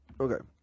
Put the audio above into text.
Okay